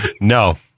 no